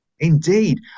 Indeed